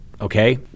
Okay